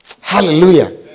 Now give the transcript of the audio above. Hallelujah